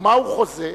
ומהו חוזה?